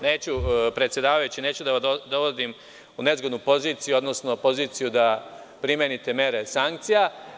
Neću, predsedavajući, neću da vas dovodim u nezgodnu poziciju, odnosno poziciju da primenite mere sankcija.